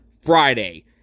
Friday